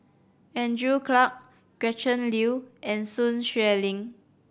Andrew Clarke Gretchen Liu and Sun Xueling